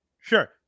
Sure